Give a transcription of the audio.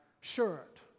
shirt